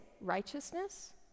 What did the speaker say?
righteousness